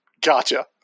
gotcha